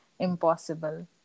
impossible